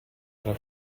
era